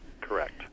Correct